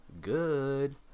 good